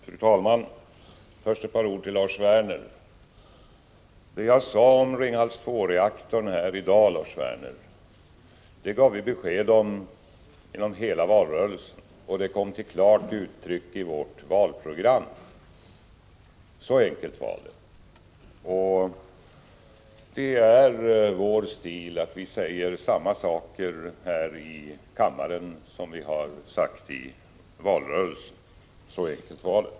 Fru talman! Först ett par ord till Lars Werner. Det jag sade om Ringhals 2-reaktorn här i dag, Lars Werner, gav vi besked om under hela valrörelsen, och det kom till klart uttryck i vårt valprogram. Det är vår stil att säga samma saker här i kammaren som vi har sagt i valrörelsen. Så enkelt var det.